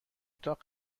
اتاق